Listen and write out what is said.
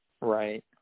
Right